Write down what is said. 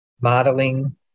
modeling